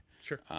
Sure